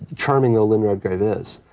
charming though lynn redgrave is,